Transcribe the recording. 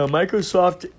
microsoft